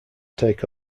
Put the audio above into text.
take